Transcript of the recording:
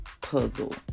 puzzle